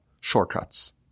shortcuts